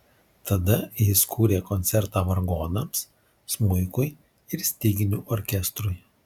tada jis kūrė koncertą vargonams smuikui ir styginių orkestrui